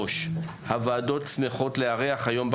הוועדות שמחות לארח היום,